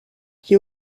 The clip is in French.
qui